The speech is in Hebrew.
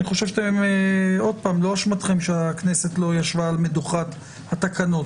-- זו לא אשמתכם שהכנסת לא ישבה על מדוכת התקנות.